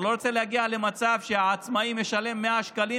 אני לא רוצה להגיע למצב שהעצמאי משלם 100 שקלים